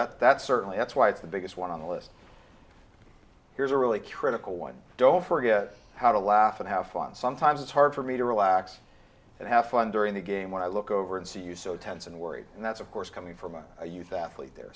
that's certainly that's why it's the biggest one on the list here's a really critical one don't forget how to laugh and have fun sometimes it's hard for me to relax and have fun during the game when i look over and see you so tense and worried and that's of course coming from a youth out there